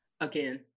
Again